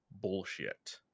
bullshit